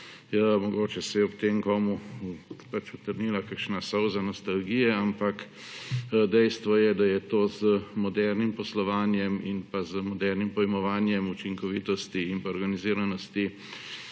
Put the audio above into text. Mogoče se je ob tem komu utrnila kakšna solza nostalgije, ampak dejstvo je, da je to z modernim poslovanjem in z modernim pojmovanjem učinkovitosti in organiziranosti